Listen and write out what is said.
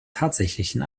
tatsächlichen